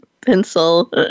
pencil